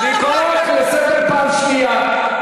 אני קורא אותך לסדר פעם שנייה.